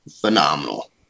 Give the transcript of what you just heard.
phenomenal